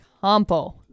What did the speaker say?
campo